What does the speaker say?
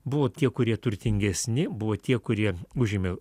buvo tie kurie turtingesni buvo tie kurie užėmė